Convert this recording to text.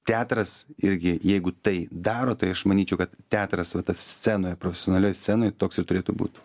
teatras irgi jeigu tai daro tai aš manyčiau kad teatras va tas scenoj profesionalioj scenoj toks ir turėtų būt